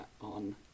on